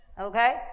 okay